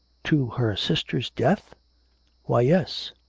to her sister's death why, yes!